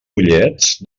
ullets